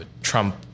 Trump